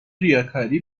ریاکاری